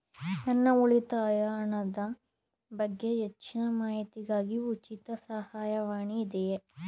ನನ್ನ ಉಳಿತಾಯ ಹಣದ ಬಗ್ಗೆ ಹೆಚ್ಚಿನ ಮಾಹಿತಿಗಾಗಿ ಉಚಿತ ಸಹಾಯವಾಣಿ ಇದೆಯೇ?